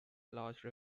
large